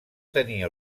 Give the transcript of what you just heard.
tenir